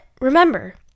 remember